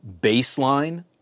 baseline